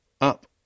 up